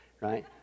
right